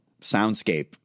soundscape